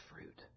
fruit